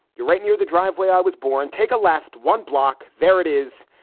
you're right near the driveway i was born. take a left one block. there it is,